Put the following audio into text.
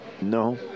No